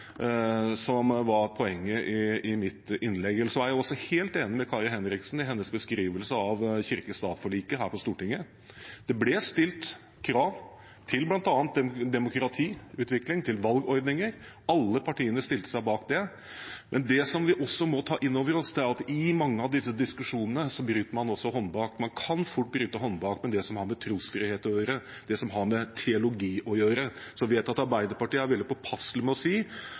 som var poenget i mitt innlegg. Ellers er jeg helt enig med Kari Henriksen i hennes beskrivelse av kirke–stat-forliket her på Stortinget. Det ble stilt krav til bl.a. demokratiutvikling, til valgordninger. Alle partiene stilte seg bak det. Men vi må ta inn over oss at i mange av disse diskusjonene bryter man også håndbak, og man kan fort bryte håndbak med det som har med trosfrihet å gjøre, det som har med teologi å gjøre. Jeg vet at Arbeiderpartiet er veldig påpasselig med å si